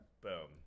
Boom